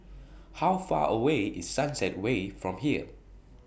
How Far away IS Sunset Way from here